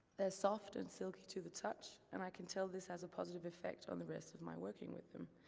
they're soft and silky to the touch and i can tell this has a positive effect on the rest of my working with them,